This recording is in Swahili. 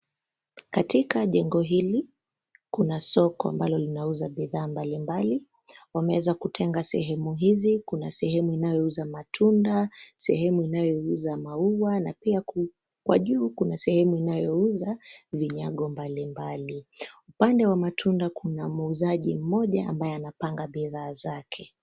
Katika jengo hili, kuna soko ambalo linauza bidhaa mbalimbali. Wameweza kutenga sehemu hizi; kuna sehemu inayouza matunda, sehemu inayouza maua na pia kwa juu, sehemu inayouza vinyago mbalimbali. Upande wa matunda, kuna muuzaji mmoja ambaye anapanga bidhaa zake.